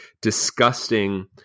disgusting